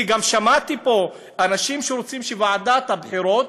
כי גם שמעתי פה אנשים שרוצים שוועדת הבחירות,